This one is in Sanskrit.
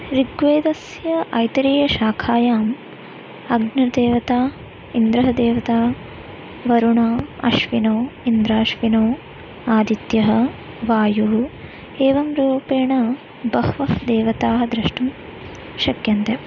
ऋग्वेदस्य ऐतरीयशाखायाम् अग्निर्देवता इन्द्रः देवता वरुण अश्विनौ इन्द्राश्विनौ आदित्यः वायुः एवं रूपेण बह्व्यः देवताः द्रष्टुं शक्यन्ते